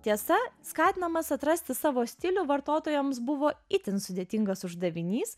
tiesa skatinimas atrasti savo stilių vartotojams buvo itin sudėtingas uždavinys